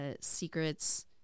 secrets